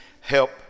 Help